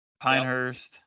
pinehurst